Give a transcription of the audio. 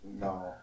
no